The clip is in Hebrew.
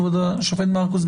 כבוד השופט מרכוס,